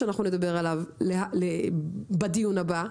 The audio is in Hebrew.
שנדבר עליו בדיון הבא,